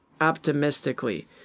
optimistically